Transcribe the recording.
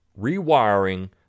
rewiring